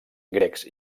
grecs